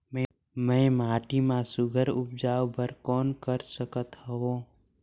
मैं माटी मा सुघ्घर उपजाऊ बर कौन कर सकत हवो?